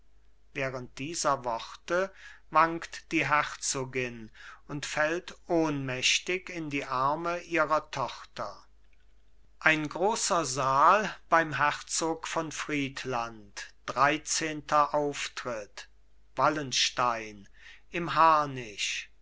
während dieser worte wankt die herzogin und fällt ohnmächtig in die arme ihrer tochter ein großer saal beim herzog von friedland dreizehnter auftritt wallenstein im